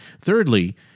Thirdly